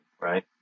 right